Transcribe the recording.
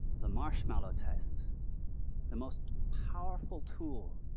the marshmallow test the most powerful tool,